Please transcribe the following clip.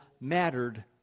mattered